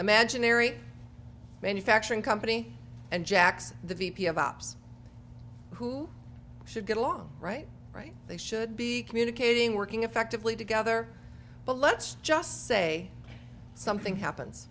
imaginary manufacturing company and jack's the v p of ops who should get along right right they should be communicating working effectively together but let's just say something happens